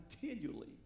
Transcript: continually